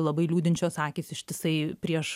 labai liūdinčios akys ištisai prieš